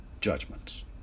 judgments